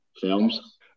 films